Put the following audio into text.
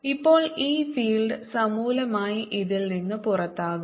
ഇപ്പോൾ ഈ ഫീൽഡ് സമൂലമായി ഇതിൽ നിന്ന് പുറത്താകും